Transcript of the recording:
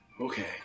Okay